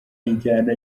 injyana